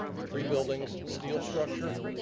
three buildings, steel structure.